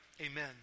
Amen